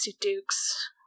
dukes